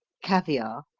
caviar,